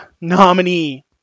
nominee